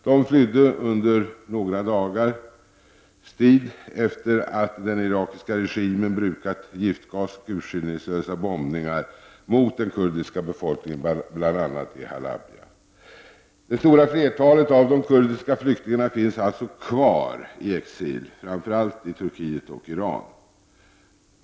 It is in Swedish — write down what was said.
De flydde efter några dagars strid, då den irakiska regimen brukat giftgas och urskillningslösa bombningar mot den kurdiska befolkningen bl.a. i Halabja. Det stora flertalet av de kurdiska flyktingarna finns alltså kvar i exil, framför allt i Turkiet och Iran.